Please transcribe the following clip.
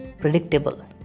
predictable